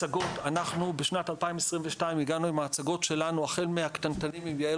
הצגות אנחנו בשנת 2022 הגענו עם ההצגות שלנו החל מהקטנטנים עם "יעל